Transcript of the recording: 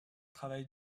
travail